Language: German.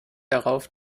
darauf